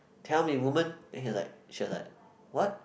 tell me woman then he was like she was like what